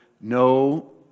no